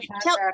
Tell